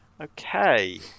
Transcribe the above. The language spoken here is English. okay